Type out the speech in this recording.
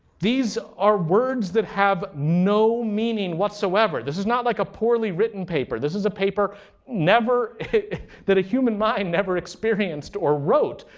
these are words that have no meaning whatsoever. this is not like a poorly written paper. this is a paper that a human mind never experienced or wrote.